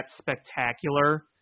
spectacular